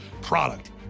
product